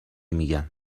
میگم